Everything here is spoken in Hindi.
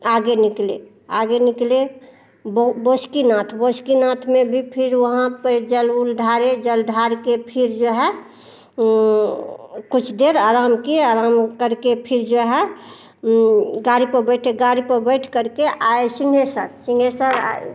आगे निकले आगे निकले बौ बासुकीनाथ बासुकीनाथ में भी फिर वहाँ पर जल उल ढारे जल ढार कर फिर जो है कुछ देर आराम किए आराम करके फिर जो है गाड़ी पर बैठे गाड़ी पर बैठ करके आए सिंहेश्वर सिंहेश्वर आ